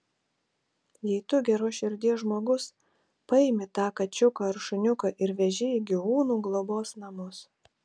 jei tu geros širdies žmogus paimi tą kačiuką ar šuniuką ir veži į gyvūnų globos namus